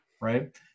right